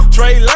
Trey